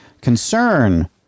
concern